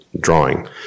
drawing